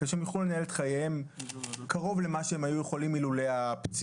כדי שהם יוכלו לנהל את חייהם קרוב למה שהם היו יכולים אילולא הפציעה.